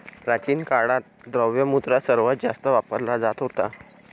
प्राचीन काळात, द्रव्य मुद्रा सर्वात जास्त वापरला जात होता